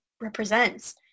represents